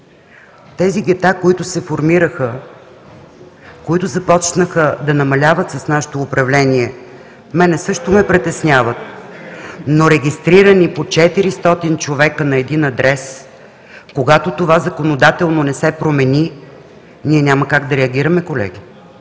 Тези гета, които се формираха, които започнаха да намаляват с нашето управление, мен също ме притесняват, но регистрирани по 400 човека на един адрес?! Когато това законодателно не се промени, ние няма как да реагираме, колеги.